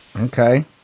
Okay